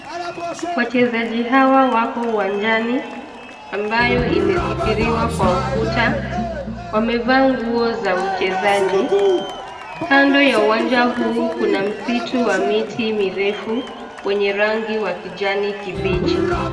Wachezaji hawa wako uwanjani, ambayo imesitiriwa kwa ukuta, wamevaa nguo za uchezaji, kando ya uwanja huu kuna msitu wa miti mirefu, wenye rangi wa kijani kibichi.